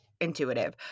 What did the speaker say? intuitive